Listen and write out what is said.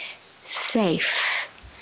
safe